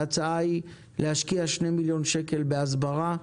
ההצעה היא להשקיע 2 מיליון שקלים בהסברה,